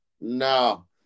No